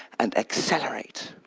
and accelerate!